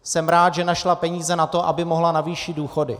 Jsem rád, že našla peníze na to, aby mohla navýšit důchody.